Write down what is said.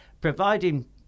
providing